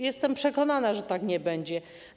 Jestem przekonana, że tak nie będzie.